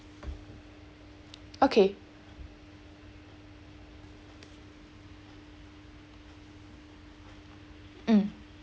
okay mm